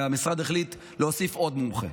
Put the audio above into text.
והמשרד החליט להוסיף עוד מומחה.